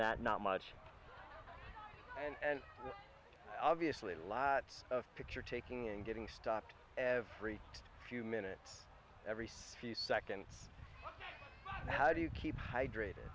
that not much and obviously lots of picture taking and getting stopped every few minutes every see second how do you keep hydrated